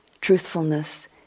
truthfulness